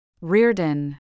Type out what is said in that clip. Reardon